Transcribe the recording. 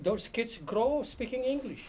those kids grow speaking english